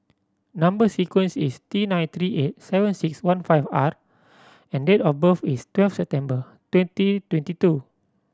number sequence is T nine three eight seven six one five R and date of birth is twelve September twenty twenty two